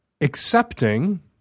accepting